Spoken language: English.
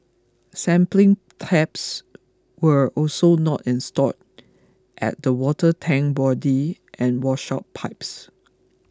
sampling taps were also not installed at the water tank body and washout pipes